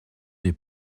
des